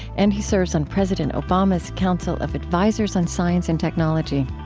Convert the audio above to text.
and he serves on president obama's council of advisors on science and technology.